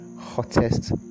hottest